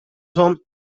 cents